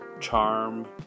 Charm